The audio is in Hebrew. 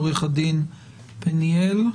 עו"ד דניאל,